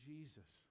Jesus